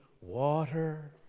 Water